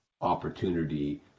opportunity